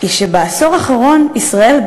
היא שבעשור האחרון ישראל,